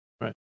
Right